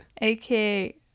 AKA